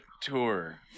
tour